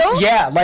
ah yeah, like